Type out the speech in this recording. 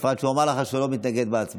בפרט שהוא אמר לך שהוא לא מתנגד בהצבעה,